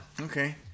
Okay